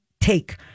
take